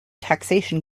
taxation